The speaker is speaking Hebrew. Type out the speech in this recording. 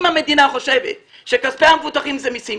אם המדינה חושבת שכספי המבוטחים זה מיסים,